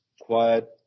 quiet